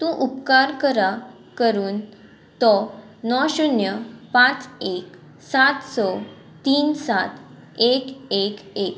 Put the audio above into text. तूं उपकार करा करून तो नो शुन्य पांच एक सात स तीन सात एक एक